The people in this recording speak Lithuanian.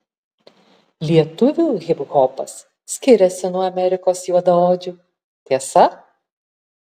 lietuvių hiphopas skiriasi nuo amerikos juodaodžių tiesa